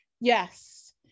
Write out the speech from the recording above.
yes